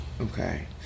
Okay